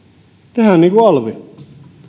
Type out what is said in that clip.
tehdään niin kuin olvi